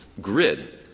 grid